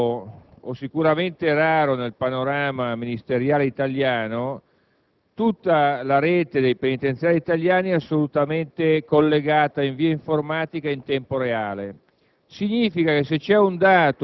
caso unico, o sicuramente raro, nel panorama ministeriale italiano, tutta la rete dei penitenziari del nostro Paese è collegata in via informatica in tempo reale.